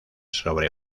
sobre